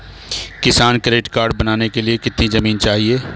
किसान credit card बनाने के लिए कितनी जमीन चाहिए?